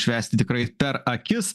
švęsti tikrai per akis